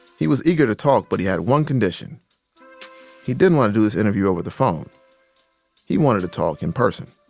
he was eager to talk, but he had one condition he didn't want to do this interview over the phone he wanted to talk in person